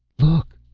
look!